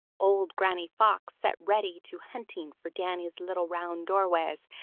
old granny fox set reddy to hunting for danny's little round doorways,